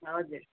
हजुर